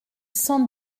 cent